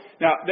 Now